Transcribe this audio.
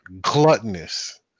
gluttonous